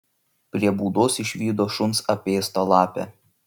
prie būdos išvydo šuns apėstą lapę